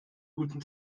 guten